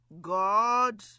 God